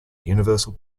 universal